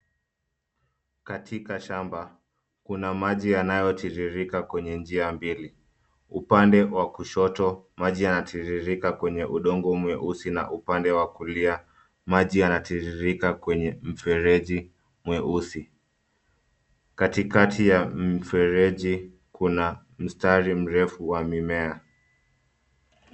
Katika shamba kuna maji yanayotiririka kwenye njia mbili, upande wa kushoto maji yanatiririka kwenye udongo mweusi na upande wa kulia maji yanatirirkka kwenye mfereji mweusi. Katikati ya mfereji kuna mstari mrefu wa mimea.